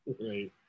Right